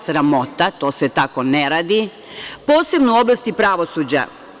Sramota, to se tako ne radi, posebno u oblasti pravosuđa.